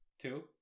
Two